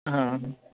હં